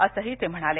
असं ते म्हणाले